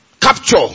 capture